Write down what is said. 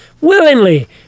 willingly